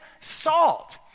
salt